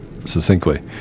succinctly